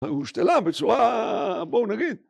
הושתלה בצורה... בואו נגיד...